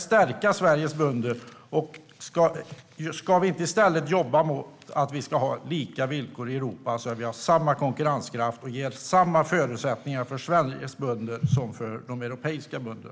Ska vi inte i stället jobba för att ha lika villkor i Europa, så att vi har samma konkurrenskraft och förutsättningar för Sveriges bönder som för europeiska bönder?